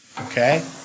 Okay